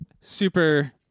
super